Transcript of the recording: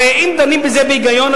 הרי אם דנים בזה בהיגיון,